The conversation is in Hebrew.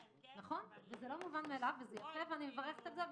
זה יפה ואני מברכת על זה.